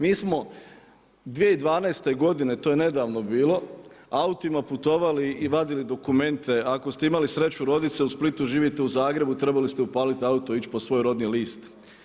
Mi smo 2012. godine, to je nedavno bilo, autima putovali i vadili dokumente, ako ste imali sreće rodit se u Splitu, živjeti u Zagrebu, trebali ste upaliti auto, ići po svoj rodni list.